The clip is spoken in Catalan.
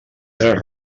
tres